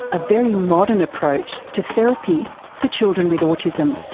a very modern approach to therapy for children with autism.